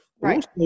Right